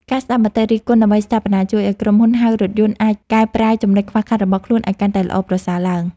ការស្ដាប់មតិរិះគន់ដើម្បីស្ថាបនាជួយឱ្យក្រុមហ៊ុនហៅរថយន្តអាចកែប្រែចំណុចខ្វះខាតរបស់ខ្លួនឱ្យកាន់តែល្អប្រសើរឡើង។